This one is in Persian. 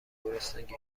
گرسنگی